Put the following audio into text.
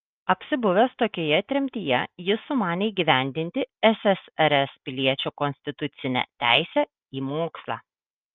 apsibuvęs tokioje tremtyje jis sumanė įgyvendinti ssrs piliečio konstitucinę teisę į mokslą